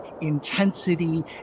intensity